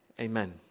Amen